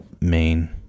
main